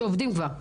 שעובדים כבר.